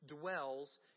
dwells